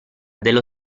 dello